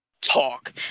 talk